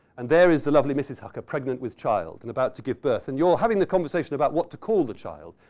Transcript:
and there is the lovely mrs. hucker pregnant with child and about to give birth and you're having the conversation about what to call the child,